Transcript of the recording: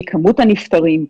מכמות הנפטרים.